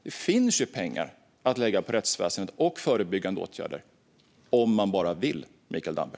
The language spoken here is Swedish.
Det finns ju pengar att lägga på rättsväsendet och på förebyggande åtgärder om man bara vill, Mikael Damberg.